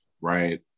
right